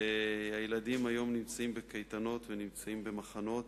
הילדים נמצאים היום בקייטנות ובמחנות,